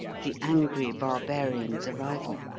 the angry barbarian's arrival.